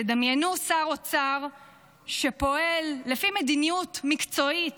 דמיינו שר אוצר שפועל לפי מדיניות מקצועית